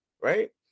right